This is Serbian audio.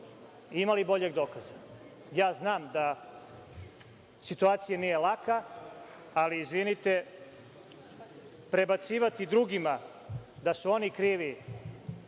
Ima li boljeg dokaza? Znam da situacija nije laka, ali izvinite, prebacivati drugima da su oni krivi